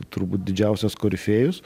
turbūt didžiausias korifėjus